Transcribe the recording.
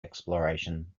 exploration